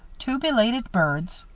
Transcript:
two belated birds,